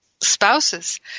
spouses